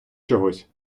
чогось